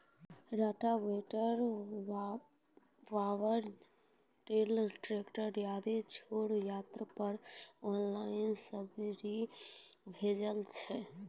Rotavator, power tiller, tractor आदि छोटगर यंत्र पर ऑनलाइन सब्सिडी भेटैत छै?